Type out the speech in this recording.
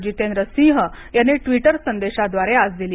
जितेंद्र सिंह यांनी ट्वीटर संदेशाद्वारे आज सांगितल